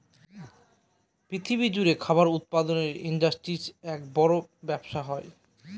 পৃথিবী জুড়ে খাবার উৎপাদনের ইন্ডাস্ট্রির এক বড় ব্যবসা হয়